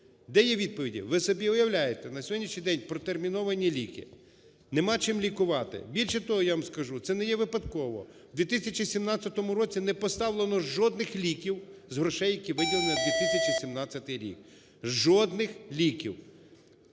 Де є відповіді? Ви собі уявляєте, на сьогоднішній деньпротерміновані ліки. Нема чим лікувати. Більше того я вам скажу, це не є випадково. В 2017 році не поставлено жодних ліків з грошей, які виділені на 2017 рік. Жодних ліків!